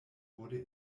wurde